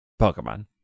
Pokemon